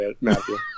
Matthew